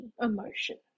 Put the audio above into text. emotion